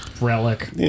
relic